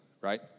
right